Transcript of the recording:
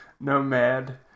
Nomad